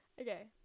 Okay